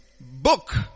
book